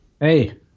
hey